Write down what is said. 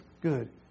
good